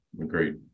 Agreed